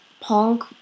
punk